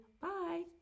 bye